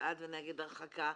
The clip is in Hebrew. בעד ונגד הרחקה,